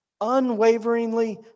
unwaveringly